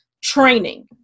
training